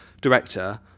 director